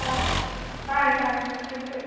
ꯇꯥꯏ ꯇꯥꯔꯦ ꯇꯥꯔꯦ ꯍꯥꯏꯕꯤꯔꯛꯑꯣ